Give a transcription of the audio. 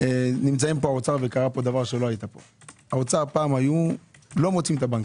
אבל האוצר פעם אמרו: לא מוציאים את הבנקים.